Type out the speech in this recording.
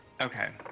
Okay